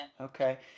Okay